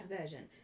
version